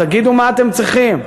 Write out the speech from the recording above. תגידו מה אתם צריכים,